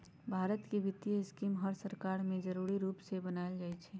भारत के वित्तीय स्कीम हर सरकार में जरूरी रूप से बनाएल जाई छई